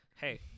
Hey